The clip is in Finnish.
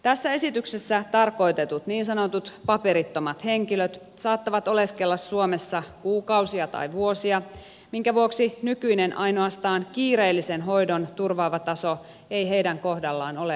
tässä esityksessä tarkoitetut niin sanotut paperittomat henkilöt saattavat oleskella suomessa kuukausia tai vuosia minkä vuoksi nykyinen ainoastaan kiireellisen hoidon turvaava taso ei heidän kohdallaan ole riittävä